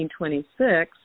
1926